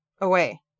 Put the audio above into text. Away